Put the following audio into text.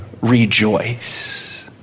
rejoice